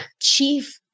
chief